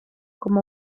como